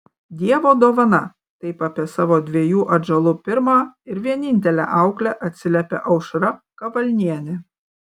dievo dovana taip apie savo dviejų atžalų pirmą ir vienintelę auklę atsiliepia aušra kavalnienė